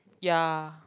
ya